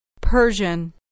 Persian